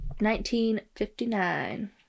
1959